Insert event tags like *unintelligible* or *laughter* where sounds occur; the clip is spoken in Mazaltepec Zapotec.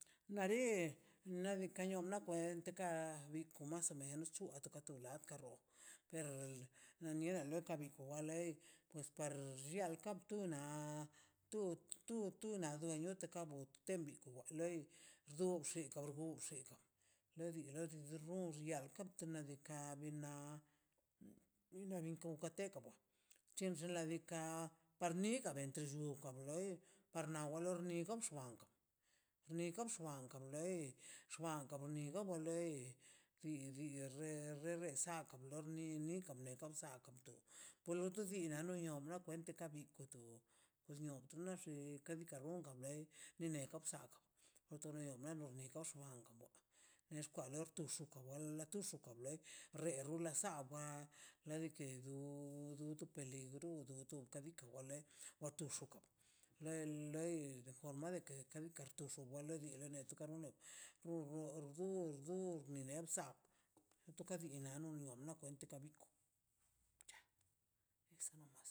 Nari nadi nakwen dika biko mas o menos *unintelligible* na niele waka wa lei les par llia le kaptu na tu- tu na legatoka bute ban wan loi rdu xi kardu xika ledu le du gan ron xian kantu len diikaꞌ ka bi na eran lekantegan denika wa loi or lo nigon xuan nika bxuan de xwan nigo wa lei di di re regresar kalor bni ni ka bneson sa kabdu polodu digan onio to kwente kat di kwedu pues niotax ke kadika rungan lei nine te kapsaga o tenega o ne koxwang wan nexkwador tuxu toka wal lo tu tus kon lei re rula xaban wa legadi du du peligro ka diikaꞌ wa le wa tub xugan le le loi de forma de ka le karxu wale di di bene kawono wo wo durdur lenisa to ka di na na kwente ka bi ya eso no mas